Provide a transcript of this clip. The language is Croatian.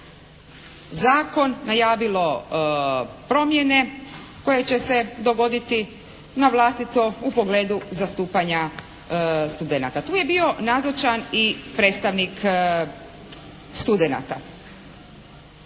zakon, najavilo promjene koje će se dogoditi navlastito u pogledu zastupanja studenata. Tu je bio nazočan i predstavnik studenata.